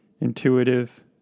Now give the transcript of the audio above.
intuitive